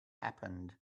happened